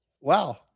Wow